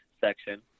section